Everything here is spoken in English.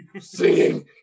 singing